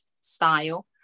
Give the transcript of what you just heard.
style